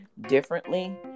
differently